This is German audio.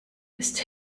ist